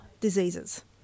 diseases